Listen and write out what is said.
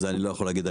זה אני לא יכול להגיד.